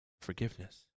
forgiveness